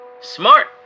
Smart